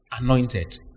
anointed